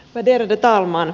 värderade talman